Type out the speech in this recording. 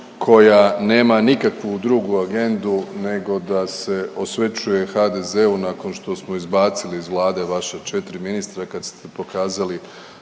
koja nema nikakvu drugu agendu nego da se osvećuje HDZ-u nakon što smo izbacili iz Vlade vaša 4 ministra kad ste pokazali